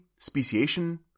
speciation